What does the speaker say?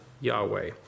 Yahweh